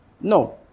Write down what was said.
no